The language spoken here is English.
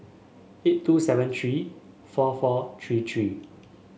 eight two seven three four four three three